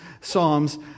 psalms